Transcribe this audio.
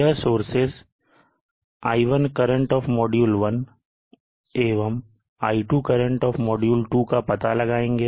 यह sources I1 current of module 1 एवं I2 current of module दो का पता लगाएंगे